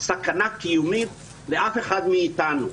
סכנה קיומית לאף אחד מאיתנו.